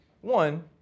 one